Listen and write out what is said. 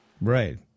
Right